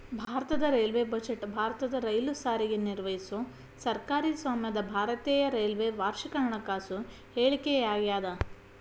ಭಾರತದ railway budget ಭಾರತದ rail ಸಾರಿಗೆ ನಿರ್ವಹಿಸೊ ಸರ್ಕಾರಿ ಸ್ವಾಮ್ಯದ ಭಾರತೇಯ ರೈಲ್ವೆ ವಾರ್ಷಿಕ ಹಣಕಾಸು ಹೇಳಿಕೆಯಾಗ್ಯಾದ